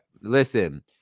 Listen